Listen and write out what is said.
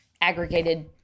aggregated